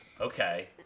okay